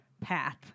path